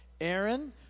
Aaron